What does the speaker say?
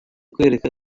kwereka